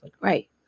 Right